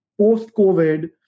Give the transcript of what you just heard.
post-COVID